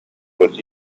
with